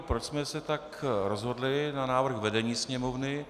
Proč jsme se tak rozhodli, na návrh vedení Sněmovny.